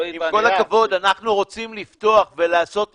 עם כל הכבוד אנחנו רוצים לפתוח ולעשות איזונים.